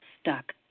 stuck